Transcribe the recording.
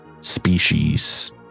species